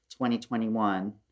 2021